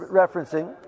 referencing